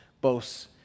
boasts